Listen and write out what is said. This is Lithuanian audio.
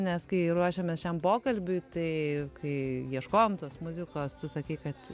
nes kai ruošėmės šiam pokalbiui tai kai ieškojom tos muzikos tu sakei kad